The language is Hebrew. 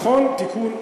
נכון, תיקון,